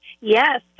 Yes